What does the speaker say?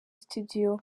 studio